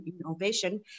innovation